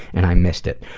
and i missed it.